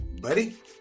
buddy